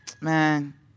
man